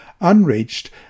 unreached